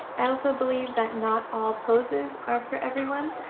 i also believe that not all poses are for everyone.